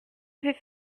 vais